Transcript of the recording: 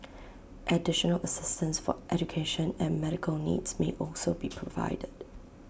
additional assistance for education and medical needs may also be provided